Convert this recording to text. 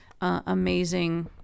amazing